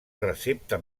recepta